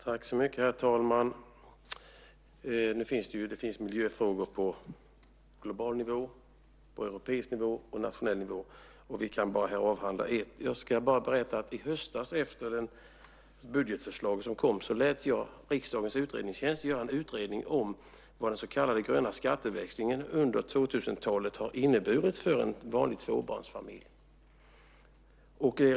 Herr talman! Det finns miljöfrågor på global nivå, på europeisk nivå och på nationell nivå, och vi kan här bara avhandla en. Jag ska berätta att i höstas efter det budgetförslag som kom lät jag riksdagens utredningstjänst göra en utredning om vad den så kallade gröna skatteväxlingen under 2000-talet har inneburit för en vanlig tvåbarnsfamilj.